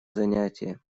занятие